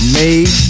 made